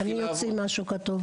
אני אוציא משהו כתוב